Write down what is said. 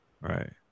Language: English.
right